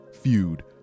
feud